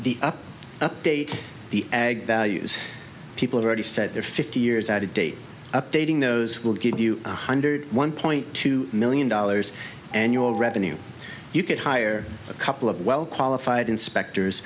the update the ag values people already said they're fifty years out of date updating those will give you one hundred one point two million dollars annual revenue you could hire a couple of well qualified inspectors